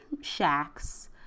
shacks